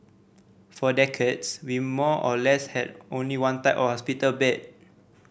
for decades we more or less had only one type of hospital bed